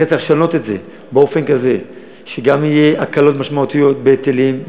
לכן צריך לשנות את זה באופן כזה שגם יהיו הקלות משמעותיות בהיטלים,